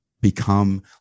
become